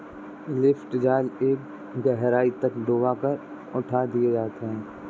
lift जाल एक गहराई तक डूबा कर उठा दिए जाते हैं